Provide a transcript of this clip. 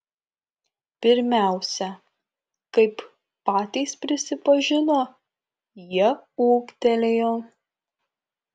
pirmiausia kaip patys prisipažino jie ūgtelėjo